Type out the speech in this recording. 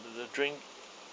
drink